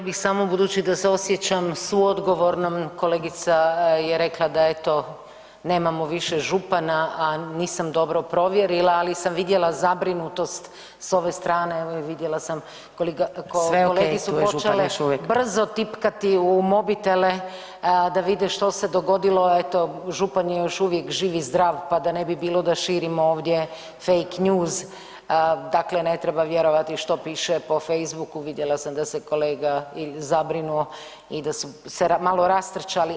Htjela bih samo budući da se osjećam suodgovornom, kolegica je rekla da eto nemamo više župana, a nisam dobro provjerila ali sam vidjela zabrinutost s ove strane i vidjela sam [[Upadica: Sve ok, tu je župan još uvijek.]] kolege su počele brzo tipkati u mobitele da vide što se dogodilo, eto župan je još uvijek živ i zdrav pa da ne bi bilo da širimo ovdje fake news, dakle ne treba vidjeti što piše po Facebooku, vidjela sam da se kolega i zabrinuo i da su se malo rastrčali.